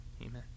Amen